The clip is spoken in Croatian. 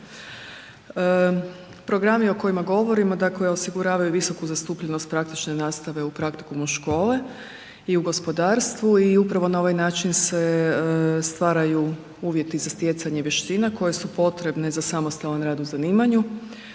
Programi o kojima govorimo dakle osiguravaju visoku zastupljenost praktične nastave u praktikumu škole i u gospodarstvu i upravo na ovaj način se stvaraju uvjeti za stjecanje vještina koje su potrebne za samostalan rad u zanimanju